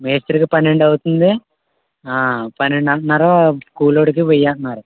మేస్త్రికి పన్నెండు అవుతుంది పన్నెండు అంటన్నారు కూలోడికి వెయ్యి అంటన్నారు